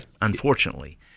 unfortunately